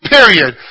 Period